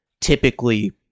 Typically